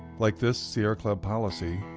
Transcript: like this sierra club policy,